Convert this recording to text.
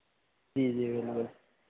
जी जी बिल्कुल